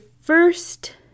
first